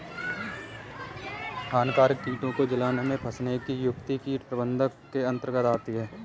हानिकारक कीटों को जाल में फंसने की युक्तियां कीट प्रबंधन के अंतर्गत आती है